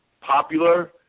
popular